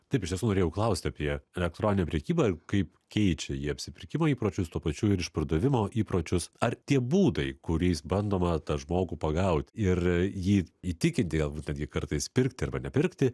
taip iš tiesų norėjau klaust apie elektroninę prekybą kaip keičia ji apsipirkimo įpročius tuo pačiu ir išpardavimo įpročius ar tie būdai kuriais bandoma tą žmogų pagaut ir jį įtikinti galbūt netgi kartais pirkti arba nepirkti